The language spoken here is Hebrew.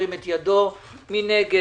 מי נגד?